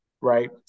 right